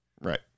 Right